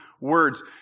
words